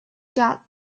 got